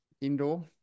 Indoor